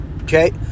Okay